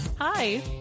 Hi